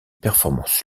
performance